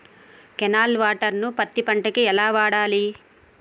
Canal water ను పత్తి పంట కి ఎలా వాడాలి?